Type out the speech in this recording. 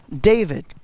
David